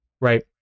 Right